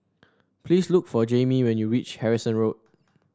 please look for Jaime when you reach Harrison Road